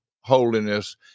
holiness